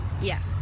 Yes